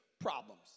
problems